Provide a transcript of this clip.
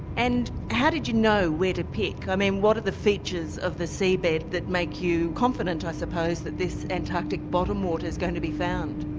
and how did you know where to pick? um and what are the features of the sea bed that make you confident, i suppose, that this antarctic bottom water is going to be found?